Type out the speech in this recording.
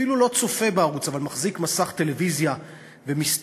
אפילו לא צופה בערוץ אבל מחזיק מסך טלוויזיה ומשתכר,